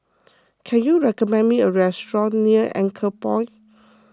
can you recommend me a restaurant near Anchorpoint